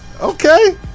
okay